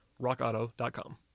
rockauto.com